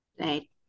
Right